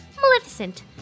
Maleficent